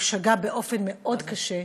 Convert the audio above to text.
והוא שגה באופן מאוד קשה,